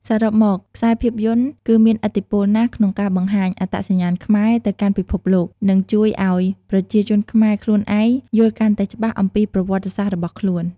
សរុបមក ខ្សែភាពយន្តគឺមានឥទ្ធិពលណាស់ក្នុងការបង្ហាញ អត្តសញ្ញាណខ្មែរ ទៅកាន់ពិភពលោក និងជួយឱ្យប្រជាជនខ្មែរខ្លួនឯងយល់កាន់តែច្បាស់អំពីប្រវត្តសាស្រ្តរបស់ខ្លួន ។